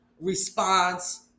response